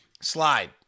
slide